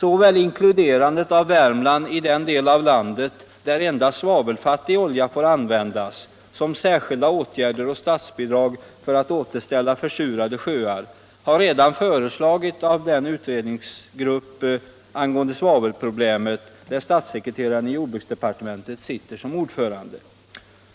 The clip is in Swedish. Såväl inkluderandet av Värmland i den del av landet där endast svavelfattig olja får användas som särskilda åtgärder och statsbidrag för att återställa försurade sjöar har redan föreslagits av den utredningsgrupp angående svavelproblemet, där statssekreteraren i jordbruksdepartementet sitter som ordförande.